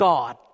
God